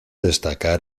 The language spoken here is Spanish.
destacar